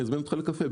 אני אזמין אותך לקפה,